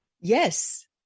yes